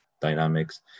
dynamics